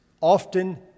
often